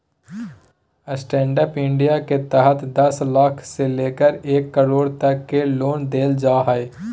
stand up India के तहत दस लाख से लेकर एक करोड़ तक के लोन देल जा हइ